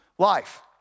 life